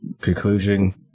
Conclusion